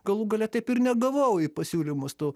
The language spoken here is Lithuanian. galų gale taip ir negavau į pasiūlymus tų